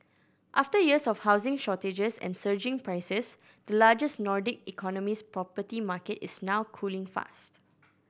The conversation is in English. after years of housing shortages and surging prices the largest Nordic economy's property market is now cooling fast